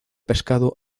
pescado